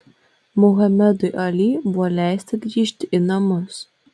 muhamedui ali buvo leista grįžti į namus